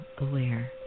aware